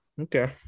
Okay